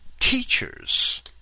teachers